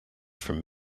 from